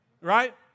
right